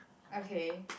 okay